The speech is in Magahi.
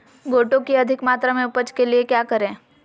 गोटो की अधिक मात्रा में उपज के लिए क्या करें?